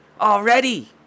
Already